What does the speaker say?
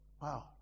Wow